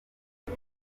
ati